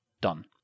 done